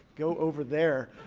go over there.